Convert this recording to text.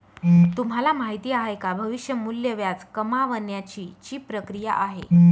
तुम्हाला माहिती आहे का? भविष्य मूल्य व्याज कमावण्याची ची प्रक्रिया आहे